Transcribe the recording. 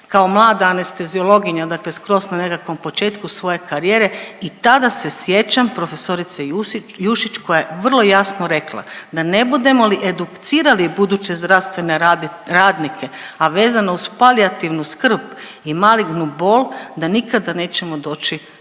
kao mlada anesteziologinja, dakle skroz na nekakvom početku svoje karijere i tada se sjećam prof. Jusić, Jušić, koja je vrlo jasno rekla da ne budemo li educirali buduće zdravstvene radnike, a vezano uz palijativnu skrb i malignu bol, da nikada nećemo doći